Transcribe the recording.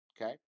Okay